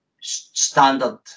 standard